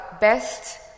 best